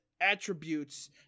attributes